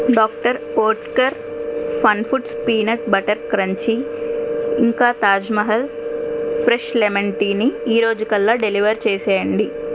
doctor Oetker fun foods peanut butter crunchy ఇంకా Taj Mahal fresh lemon టీని ఈరోజుకల్లా డెలివర్ చేసేయండి